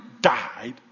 died